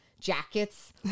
jackets